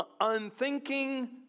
unthinking